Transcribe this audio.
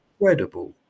incredible